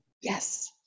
yes